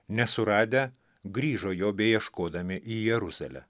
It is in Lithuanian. nesuradę grįžo jo beieškodami į jeruzalę